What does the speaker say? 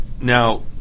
Now